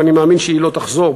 ואני מאמין שהיא לא תחזור,